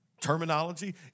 Terminology